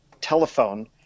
telephone